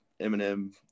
eminem